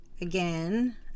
again